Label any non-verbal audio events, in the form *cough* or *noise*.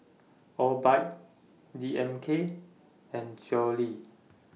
Obike D M K and *unintelligible*